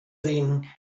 then